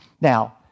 Now